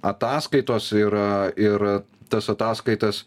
ataskaitos ir ir tas ataskaitas